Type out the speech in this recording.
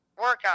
workout